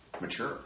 mature